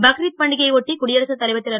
பக்ரித் பண்டிகையை ஒட்டி குடியரசுத் தலைவர் ரு